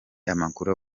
amakuru